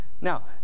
Now